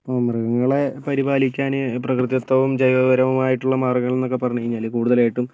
ഇപ്പം മൃഗങ്ങളെ പരിപാലിക്കാൻ പ്രകൃതിദത്തവും ജൈവപരാവുമായിട്ടുള്ള മാർഗ്ഗങ്ങളെന്നൊക്കെ പറഞ്ഞ് കഴിഞ്ഞാൽ കൂടുതലായിട്ടും